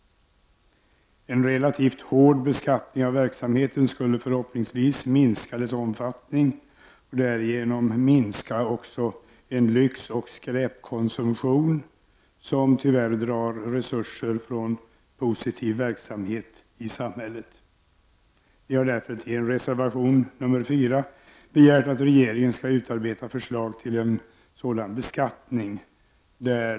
En relativt hård beskattning av verksamheten skulle förhoppningsvis minska dess omfattning och därigenom också minska en lyxoch skräpkonsumtion, som tyvärr drar resurser från positiv verksamhet i samhället. Vi har därför i reservation nr 4 begärt att regeringen skall utarbeta förslag till en sådan beskattning.